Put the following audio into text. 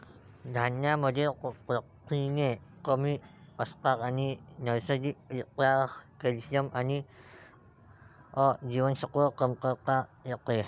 धान्यांमध्ये प्रथिने कमी असतात आणि नैसर्गिक रित्या कॅल्शियम आणि अ जीवनसत्वाची कमतरता असते